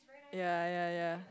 ya ya ya